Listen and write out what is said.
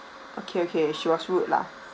okay okay she was rude lah